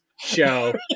show